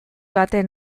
baten